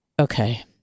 okay